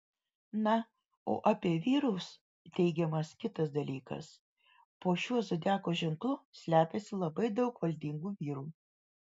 na o apie vyrus teigiamas kitas dalykas po šiuo zodiako ženklu slepiasi labai daug valdingų vyrų